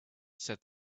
said